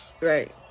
Right